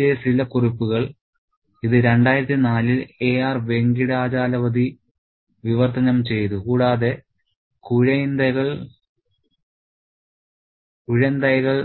J സിലകുറിപ്പുകൾ ഇത് 2004 ൽ എ ആർ വെങ്കിടാചലപതി വിവർത്തനം ചെയ്തു കൂടാതെ കുഴന്തൈകൾ